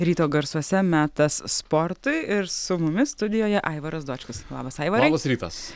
ryto garsuose metas sportui ir su mumis studijoje aivaras dočkus labas aivaras rytas